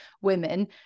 women